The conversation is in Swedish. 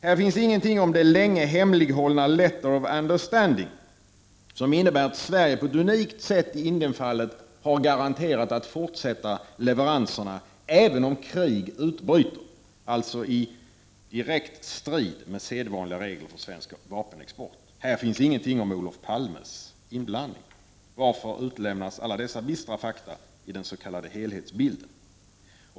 Här finns ingenting om det länge hemlighållna ”letter of understanding” som innebär att Sverige i Indienfallet på ett unikt sätt har garanterat att fortsätta leveranserna även om krig utbryter — alltså i direkt strid med sedvanliga regler för svensk vapenexport. Här finns ingenting om Olof Palmes inblandning. Varför utelämnas alla dessa bistra fakta i den s.k. helhetsbilden?